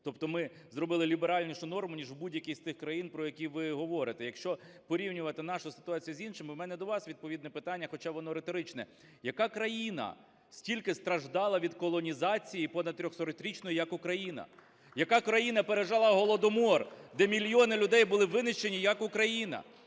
Тобто ми зробили ліберальнішу норму, ніж в будь-якій з тих країн, про які ви говорите. Якщо порівнювати нашу ситуацію з іншими, в мене до вас відповідне питання, хоча воно риторичне. Яка країна стільки страждала від колонізації понад 300-річної, як Україна? Яка країна пережила Голодомор, де мільйони людей були винищені, як Україна?